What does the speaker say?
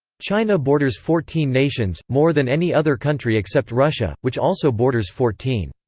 china borders fourteen nations, more than any other country except russia, which also borders fourteen.